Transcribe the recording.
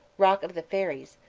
rock of the fairies,